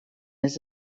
his